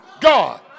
God